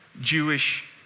Jewish